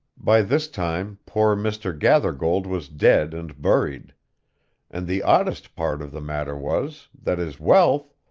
by this time poor mr. gathergold was dead and buried and the oddest part of the matter was, that his wealth,